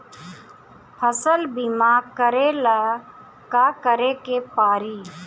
फसल बिमा करेला का करेके पारी?